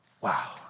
wow